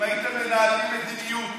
אם הייתם מנהלים מדיניות